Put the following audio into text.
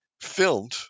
filmed